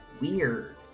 weird